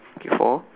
okay four